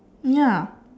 ya